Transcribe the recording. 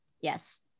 yes